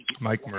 mike